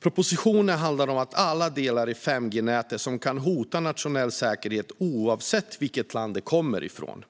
Propositionen handlar om alla delar i 5G-nätet som kan hota nationell säkerhet oavsett vilket land de kommer ifrån.